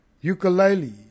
Ukulele